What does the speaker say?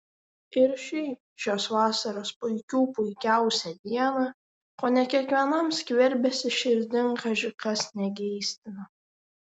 ir šiaip šios vasaros puikių puikiausią dieną kone kiekvienam skverbėsi širdin kaži kas negeistino